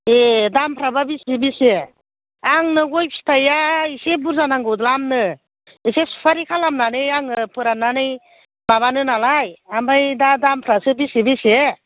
ए दामफ्राबा बेसे बेसे आंनो गय फिथाइआ एसे बुर्जा नांगौ द्लामनो एसे सुफारि खालामनानै आङो फोराननानै माबानो नालाय ओमफ्राय दा दामफ्रासो बेसे बेसे